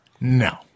No